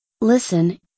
Listen